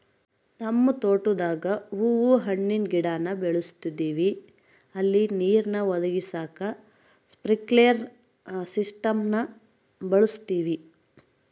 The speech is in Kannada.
ನಮ್ ತೋಟುದಾಗ ಹೂವು ಹಣ್ಣಿನ್ ಗಿಡಾನ ಬೆಳುಸ್ತದಿವಿ ಅಲ್ಲಿ ನೀರ್ನ ಒದಗಿಸಾಕ ಸ್ಪ್ರಿನ್ಕ್ಲೆರ್ ಸಿಸ್ಟಮ್ನ ಬಳುಸ್ತೀವಿ